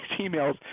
emails